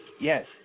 Yes